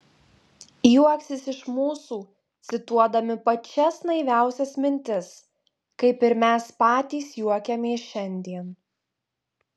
juoksis iš mūsų cituodami pačias naiviausias mintis kaip ir mes patys juokiamės šiandien